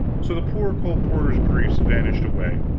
so the poor colporteur's griefs vanished away.